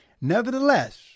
Nevertheless